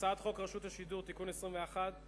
הצעת חוק רשות השידור (תיקון מס' 21)